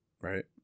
right